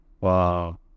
Wow